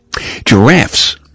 Giraffes